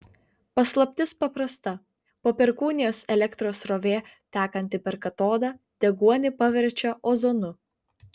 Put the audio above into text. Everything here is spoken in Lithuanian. paslaptis paprasta po perkūnijos elektros srovė tekanti per katodą deguonį paverčia ozonu